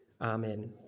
Amen